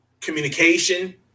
communication